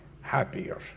happier